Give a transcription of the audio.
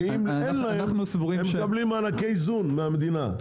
ואם אין להם הן מקבלים מענקי איזון מהמדינה.